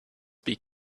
beak